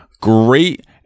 great